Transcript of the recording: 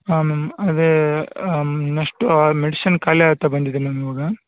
ಹಾಂ ಮ್ಯಾಮ್ ಅದೇ ನೆಕ್ಸ್ಟು ಆ ಮೆಡಿಷನ್ ಖಾಲಿ ಆಗ್ತಾ ಬಂದಿದೆ ಮ್ಯಾಮ್ ಇವಾಗ